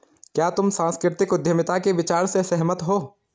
क्या तुम सांस्कृतिक उद्यमिता के विचार से सहमत हो?